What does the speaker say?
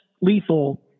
lethal